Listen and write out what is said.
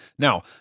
Now